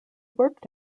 worked